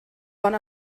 one